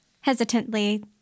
hesitantly